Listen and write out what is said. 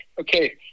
okay